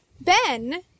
Ben